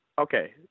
Okay